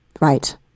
Right